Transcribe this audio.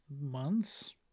months